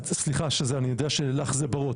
אני יודע שלך זה ברור,